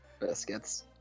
Biscuits